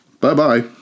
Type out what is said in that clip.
Bye-bye